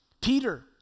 Peter